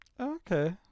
Okay